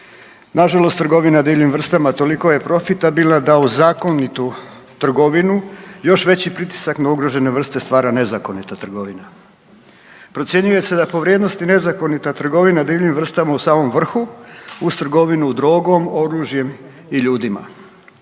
Na žalost trgovina divljim vrstama toliko je profitabilna da u zakonitu trgovinu još veći pritisak na ugrožene vrste stvara nezakonita trgovina. Procjenjuje se da po vrijednosti nezakonita trgovina divljim vrstama u samom vrhu uz trgovinu drogom, oružjem i ljudima.